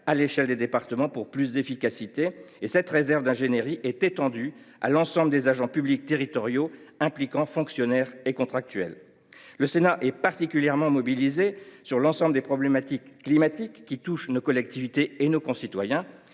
à l’échelle des départements pour plus d’efficacité. Cette réserve d’ingénierie est étendue à l’ensemble des agents publics territoriaux, impliquant fonctionnaires et contractuels. Le Sénat est particulièrement mobilisé sur l’ensemble des problématiques climatiques qui touchent nos collectivités et nos concitoyens.